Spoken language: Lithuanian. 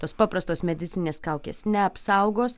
tos paprastos medicininės kaukės neapsaugos